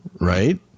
right